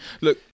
Look